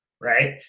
right